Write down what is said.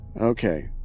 Okay